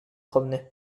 promener